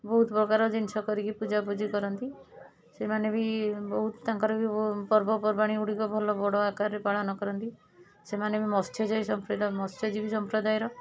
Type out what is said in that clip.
ବହୁତ ପ୍ରକାର ଜିନିଷ କରିକି ପୂଜାପୂଜି କରନ୍ତି ସେମାନେ ବି ବହୁତ ତାଙ୍କର ବି ପର୍ବପର୍ବାଣୀ ଗୁଡ଼ିକ ଭଲ ବଡ଼ ଆକାରରେ ପାଳନ କରନ୍ତି ସେମାନେ ବି ମତ୍ସ୍ୟଜୀବି ମତ୍ସ୍ୟଜୀବି ସମ୍ପ୍ରଦାୟର